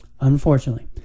Unfortunately